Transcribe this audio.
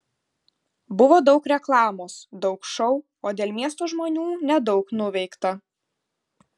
buvo daug reklamos daug šou o dėl miesto žmonių nedaug nuveikta